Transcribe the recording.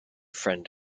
friend